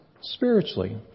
spiritually